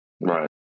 Right